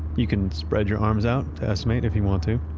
you can spread your arms out to estimate if you want to.